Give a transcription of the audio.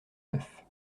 neuf